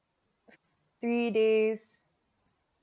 three days